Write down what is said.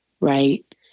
right